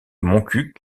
montcuq